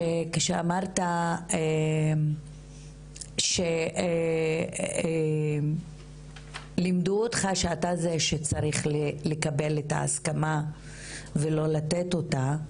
שכשאמרת שלימדו אותך שאתה זה שצריך לקבל את ההסכמה ולא לתת אותה,